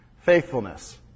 Faithfulness